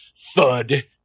thud